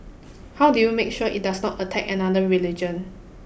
how do you make sure it does not attack another religion